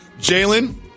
Jalen